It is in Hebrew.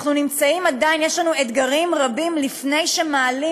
יש לנו עדיין אתגרים רבים לפני שמעלים